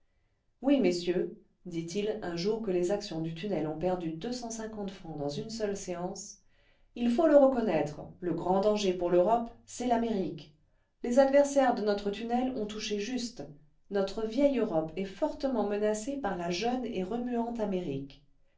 oui messieurs dit-il un jour que les actions du tunnel ont perdu francs dans une seule séance il faut le reconnaître le grand danger pour l'europe c'est l'amérique les adversaires de notre tunnel ont touché juste notre vieille europe est fortement menacée par la jeune et remuante amérique